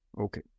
Okay